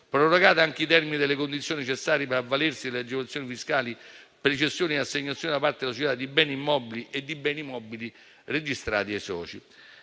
prorogati anche i termini delle condizioni necessarie per avvalersi delle agevolazioni fiscali per le cessioni e assegnazioni da parte delle società di beni immobili e di beni mobili registrati ai soci.